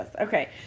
Okay